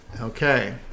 Okay